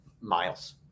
miles